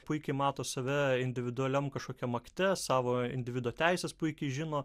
puikiai mato save individualiam kažkokiam akte savo individo teises puikiai žino